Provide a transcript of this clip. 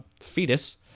fetus